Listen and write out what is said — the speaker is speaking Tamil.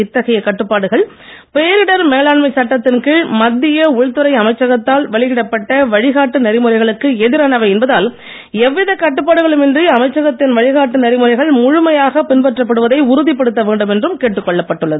இத்தகைய கட்டுப்பாடுகள் பேரிடர் மேலாண்மை சட்டத்தின் கீழ் மத்திய உள்துறை அமைச்சகத்தால் வெளியிடப்பட்ட வழிகாட்டு நெறிமுறைகளுக்கு எதிரானவை என்பதால் எவ்வித கட்டுப்பாடுகளும் இன்றி அமைச்சகத்தின் வழிகாட்டு நெறிமுறைகள் முழுமையாக பின்பற்றப்படுவதை உறுதிப்படுத்த வேண்டும் என்றும் கேட்டுக் கொள்ளப்பட்டுள்ளது